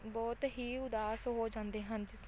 ਬਹੁਤ ਹੀ ਉਦਾਸ ਹੋ ਜਾਂਦੇ ਹਨ